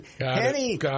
Henny